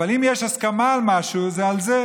אבל אם יש הסכמה על משהו זה על זה,